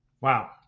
Wow